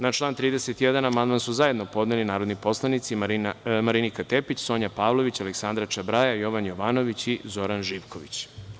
Na član 31. amandman su zajedno podneli narodni poslanici Marinika Tepić, Sonja Pavlović, Aleksandra Čabraja, Jovan Jovanović i Zoran Živković.